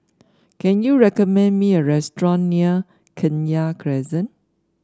can you recommend me a restaurant near Kenya Crescent